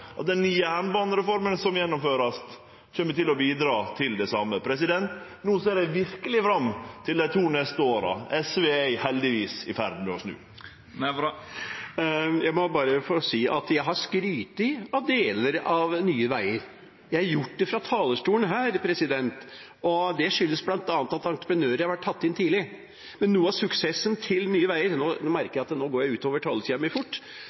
som vert gjennomført, kjem til å bidra til det same. No ser eg verkeleg fram til dei to neste åra. SV er heldigvis i ferd med å snu. Jeg har skrytt av deler av Nye veier. Jeg har gjort det fra talerstolen her. Det skyldes bl.a. at entreprenører har vært tatt inn tidlig. Noe av suksessen til Nye veier – nå vil jeg fort gå utover